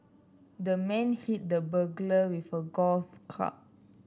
the man hit the burglar with a golf club